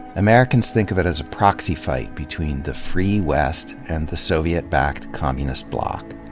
americans think of it as a proxy fight between the free west and the soviet-backed communist bloc.